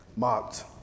Mocked